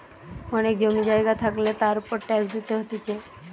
অনেক জমি জায়গা থাকলে তার উপর ট্যাক্স দিতে হতিছে